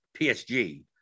PSG